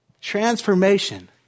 transformation